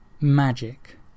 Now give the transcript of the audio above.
magic